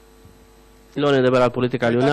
(אומר בערבית: לא נדבר על פוליטיקה עליונה,